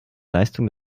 leistung